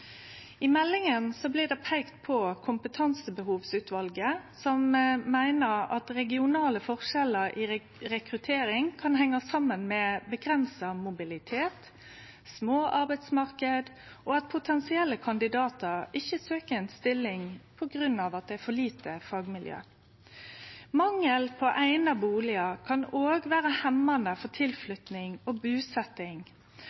I meldinga blir det peika på Kompetansebehovsutvalet, som meiner at regionale forskjellar i rekruttering kan hengje saman med avgrensa mobilitet, små arbeidsmarknader og at potensielle kandidatar ikkje søkjer ei stilling på grunn av at fagmiljøet er for lite. Mangel på eigna bustader kan òg vere hemmande for tilflytting